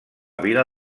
vila